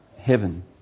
heaven